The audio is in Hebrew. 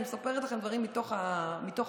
אני מספרת לכם דברים מתוך הוועדה,